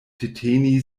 deteni